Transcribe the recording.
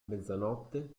mezzanotte